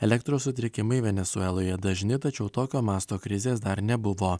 elektros sutrikimai venesueloje dažni tačiau tokio masto krizės dar nebuvo